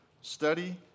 study